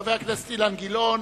חבר הכנסת אילן גילאון,